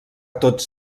tots